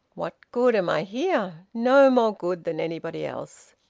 what good am i here? no more good than anybody else.